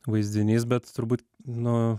vaizdinys bet turbūt nu